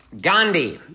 Gandhi